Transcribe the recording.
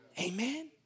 Amen